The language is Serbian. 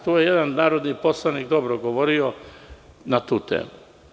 Tu je jedan narodni poslanik dobro govorio na tu temu.